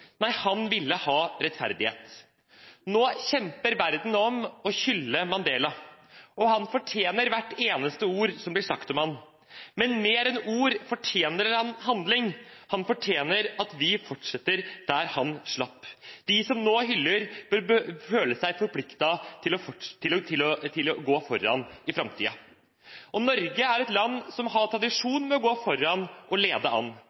Nei, han ville ha rettferdighet. Nå kjemper verden om å hylle Mandela. Han fortjener hvert eneste ord som blir sagt om ham. Men mer enn ord fortjener han handling. Han fortjener at vi fortsetter der han slapp. De som nå hyller, bør føle seg forpliktet til å gå foran i framtiden. Norge er et land som har tradisjon for å gå foran og lede an.